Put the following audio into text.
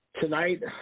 Tonight